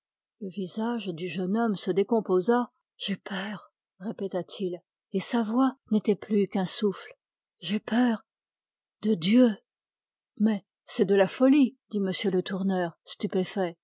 le visage du jeune homme se décomposa j'ai peur répéta-t-il et sa voix n'était plus qu'un souffle j'ai peur de dieu quoi dit m le tourneur stupéfait